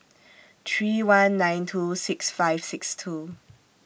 three one nine two six five six two